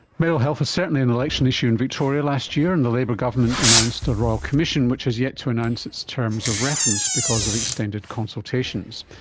mental health is certainly an election issue in victoria, last year and the labor government announced a royal commission which is yet to announce its terms of reference because of extended consultations.